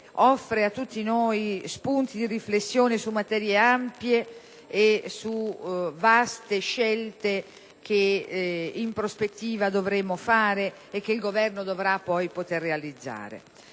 offre a tutti noi spunti di riflessione su materie ampie e su vaste scelte che, in prospettiva, dovremo fare e che il Governo dovrà poi realizzare.